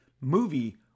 movie